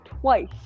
twice